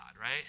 right